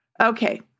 Okay